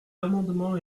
amendement